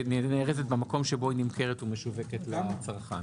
במקום שבו היא נמכרת ומשווקת לצרכן.